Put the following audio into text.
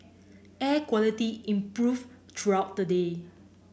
air quality improve throughout the day